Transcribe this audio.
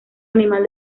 animal